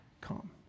calm